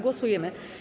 Głosujemy.